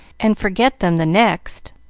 and forget them the next.